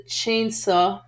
chainsaw